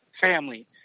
Family